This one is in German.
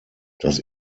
das